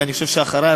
ואני חושב שאחרי,